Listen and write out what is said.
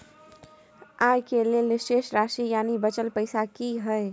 आय के लेल शेष राशि यानि बचल पैसा की हय?